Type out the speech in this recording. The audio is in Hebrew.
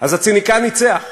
אז הציניקן ניצח.